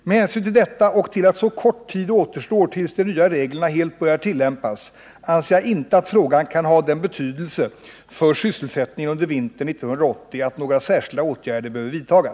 Med hänsyn till detta och till att så kort tid återstår tills de nya reglerna helt börjar tillämpas anser jag inte att frågan kan ha den betydelse för sysselsättningen under vintern 1980 att några särskilda åtgärder behöver vidtas.